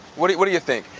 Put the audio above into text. what do what do you think?